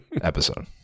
episode